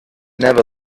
never